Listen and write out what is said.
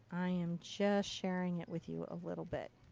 i'm just sharing it with you a little bit.